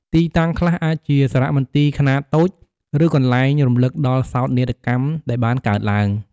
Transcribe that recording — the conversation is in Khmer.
ទីតាំងខ្លះអាចជាសារមន្ទីរខ្នាតតូច ឬកន្លែងរំលឹកដល់សោកនាដកម្មដែលបានកើតឡើង។